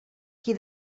qui